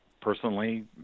personally